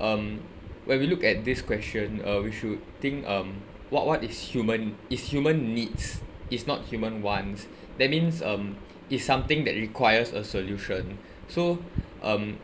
um when we look at this question uh we should think um what what is human is human needs is not human wants that means um is something that requires a solution so um